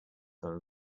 than